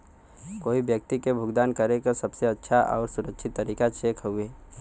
कोई व्यक्ति के भुगतान करे क सबसे अच्छा आउर सुरक्षित तरीका चेक हउवे